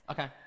Okay